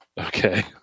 Okay